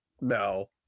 No